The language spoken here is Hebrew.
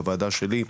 בוועדה שלי,